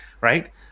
Right